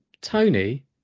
Tony